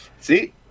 see